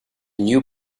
new